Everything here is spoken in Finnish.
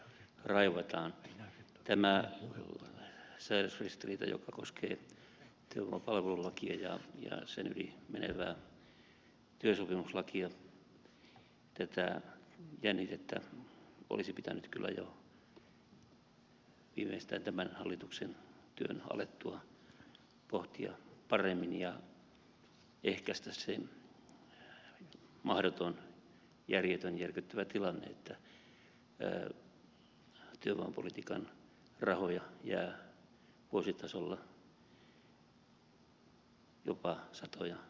tätä säädösristiriitaa ja jännitettä joka koskee työvoimapalvelulakia ja sen yli menevää työsopimuslakia olisi pitänyt kyllä jo viimeistään tämän hallituksen työn alettua pohtia paremmin ja ehkäistä se mahdoton järjetön järkyttävä tilanne että työvoimapolitiikan rahoja jää vuositasolla jopa satoja miljoonia käyttämättä